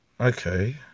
Okay